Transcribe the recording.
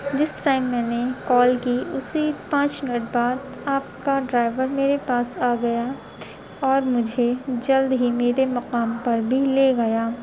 جس ٹائم میں نے کال کی اسی پانچ منٹ بعد آپ کا ڈرائیور میرے پاس آ گیا اور مجھے جلد ہی میرے مقام پر بھی لے گیا